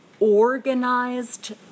organized